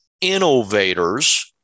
innovators